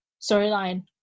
storyline